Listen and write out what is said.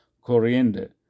coriander